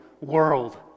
world